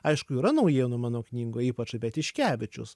aišku yra naujienų mano knygoj ypač apie tiškevičius